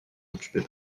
occupé